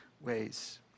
ways